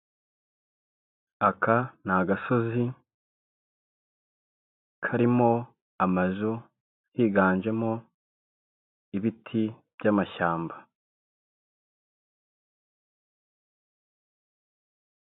Aka ni agasozi karimo amazu higanjemo ibiti by'amashyamba.